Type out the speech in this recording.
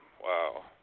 Wow